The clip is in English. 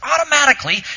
automatically